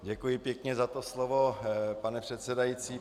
Děkuji pěkně za slovo, pane předsedající.